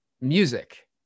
music